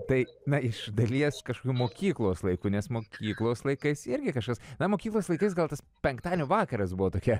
tai na iš dalies kažkokių mokyklos laikų nes mokyklos laikais irgi kažkas na mokyklos laikais gal tas penktadienio vakaras buvo tokia